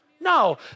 No